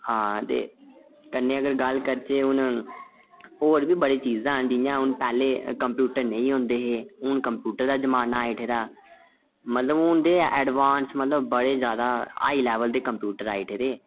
हां ते कन्नै अगर गल्ल करचै हून होर बी बड़ी चीजां ऐन जि'यां हून पैह्लें कम्प्यूटर नेईं होंदे हे हून कम्प्यूटर दा जमाना आई ऐठे दा मतलब हून ते एडवांस मतलब बड़े जैदा हाई लेवल दे कम्प्यूटर आई ऐठे दे